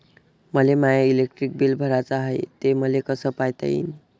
मले my electric bill भराचं हाय, ते मले कस पायता येईन?